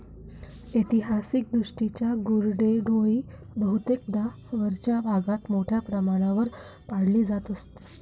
ऐतिहासिकदृष्ट्या गुरेढोरे बहुतेकदा वरच्या भागात मोठ्या प्रमाणावर पाळली जात असत